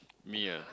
me ah